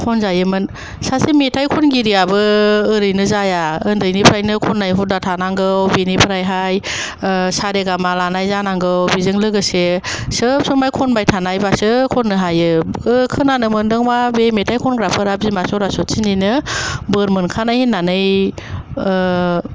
खनजायोमोन सासे मेथाइ खनगिरिआबो ओरैनो जाया उन्दैनिफ्रायनो खननाय हुदा थानांगौ बिनिफ्रायहाय ओ सा रे गा मा लानाय जानांगौ बिजों लोगोसे सोबसमाय खनबाय थानायबासो खननो हायो ओ खोनानो मोनदों मा बे मेथाइ खनग्राफोरा बिमा सरासथिनिनो बोर मोनखानाय होननानै ओ